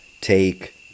take